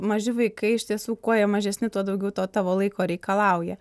maži vaikai iš tiesų kuo jie mažesni tuo daugiau to tavo laiko reikalauja